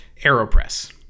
Aeropress